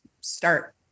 start